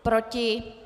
Proti?